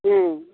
ᱦᱩᱸ